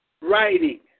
writing